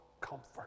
comfort